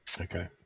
Okay